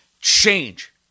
change